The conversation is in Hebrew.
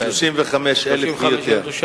35,000 ויותר.